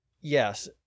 Yes